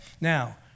Now